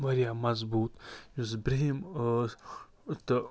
واریاہ مَضبوٗط یُس بِرنٛہِم ٲس تہٕ